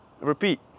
repeat